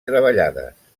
treballades